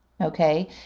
Okay